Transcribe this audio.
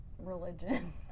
Religion